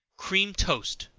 cream toast.